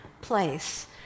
place